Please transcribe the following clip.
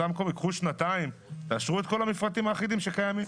קחו שנתיים ותאשרו את כל המפרטים האחידים שקיימים.